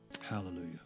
Hallelujah